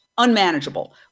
unmanageable